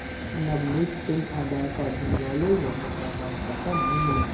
नवनीत तुम आधार कार्ड बनवा लो वरना सरकारी पैसा नहीं मिलेगा